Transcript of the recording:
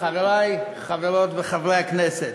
חברי חברות וחברי הכנסת,